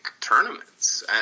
tournaments